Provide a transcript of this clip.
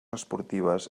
esportives